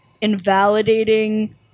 invalidating